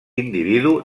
individu